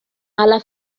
alla